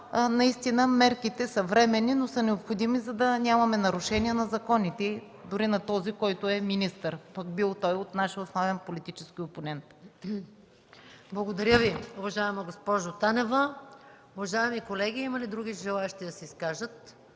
наистина мерките са временни, но са необходими, за да нямаме нарушения на законите и дори на този, който е министър, пък бил той и от нашия основен политически опонент. ПРЕДСЕДАТЕЛ МАЯ МАНОЛОВА: Благодаря Ви, уважаема госпожо Танева. Уважаеми колеги, има ли други желаещи да се изкажат?